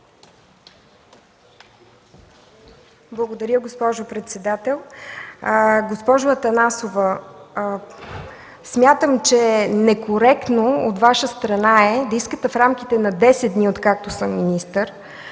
Благодаря, госпожо председател. Госпожо Атанасова, смятам, че е некоректно от Ваша страна да искате в рамките на десет дни, откакто съм министър,